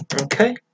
okay